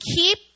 keep